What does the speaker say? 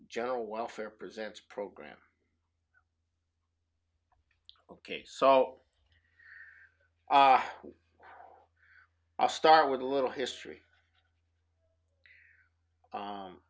general welfare presents program ok so i'll start with a little history